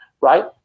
right